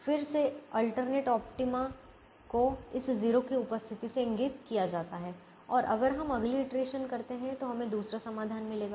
फिर से alternate optima को इस 0 की उपस्थिति से इंगित किया जाता है और अगर हम अगली इटरेशन करते हैं तो हमें दूसरा समाधान मिलेगा